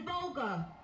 vulgar